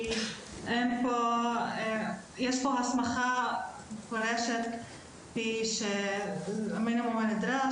כי יש פה הסמכה מפורשת כפי המינימום הנדרש,